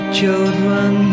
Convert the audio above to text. children